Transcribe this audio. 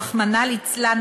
רחמנא ליצלן,